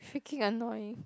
freaking annoying